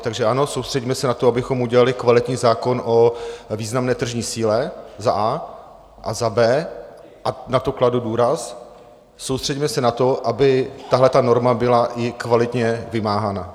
Takže ano, soustřeďme se na to, abychom udělali kvalitní zákon o významné tržní síle za a) a za b), a na to kladu důraz, soustřeďme se na to, aby tahle norma byla i kvalitně vymáhána.